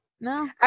no